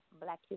Black